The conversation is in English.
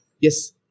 yes